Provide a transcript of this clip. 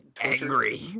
angry